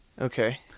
okay